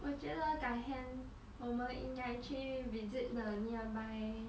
我觉得改天我们应该 actually visit the nearby